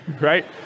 Right